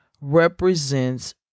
represents